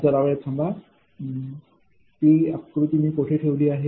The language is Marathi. जरा वेळ थांबा ती आकृती मी कोठे ठेवली आहे